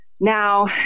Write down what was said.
Now